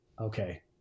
okay